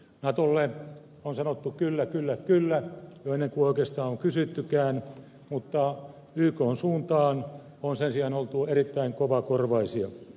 natolle on sanottu kyllä kyllä kyllä jo ennen kuin oikeastaan on kysyttykään mutta ykn suuntaan on sen sijaan oltu erittäin kovakorvaisia